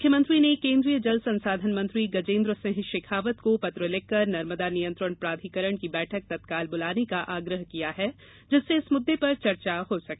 मुख्यमंत्री ने केन्द्रीय जल संसाधन मंत्री गजेन्द्र सिंह शेखावत को पत्र लिखकर नर्मदा नियंत्रण प्राधिकरण की बैठक तत्काल बुलाने का आग्रह किया है जिससे इस मुद्दे पर चर्चा हो सके